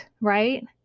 right